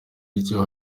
bityo